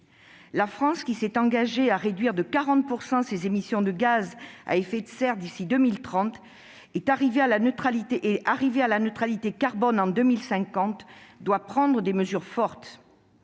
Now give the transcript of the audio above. La France, qui s'est engagée à réduire de 40 % ses émissions de gaz à effet de serre d'ici à 2030 et à arriver à la neutralité carbone en 2050, doit prendre des mesures fortes.